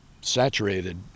saturated